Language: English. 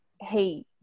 hey